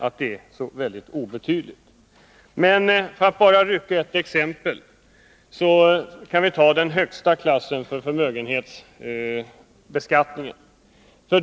Låt mig, för att bara ta ett exempel, se hur vårt förslag utfaller för den högsta klassen i förmögenhetsbeskattningen.